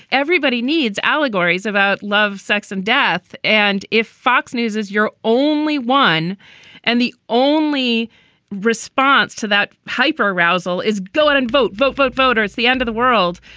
everybody needs allegories about love, sex and death. and if fox news is your only one and the only response to that hyper arousal is go out and vote, vote, vote, vote, or it's the end of the world,